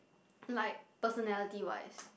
like personality wise